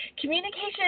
Communication